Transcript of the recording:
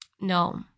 no